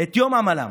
את יום עמלם.